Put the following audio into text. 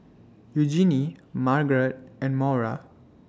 Eugenie Margaret and Maura